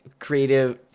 Creative